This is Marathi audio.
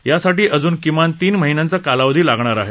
यासाठी अजून किमान तीन महिन्यांचा कालावधी लागणार आहे